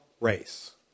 race